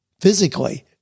physically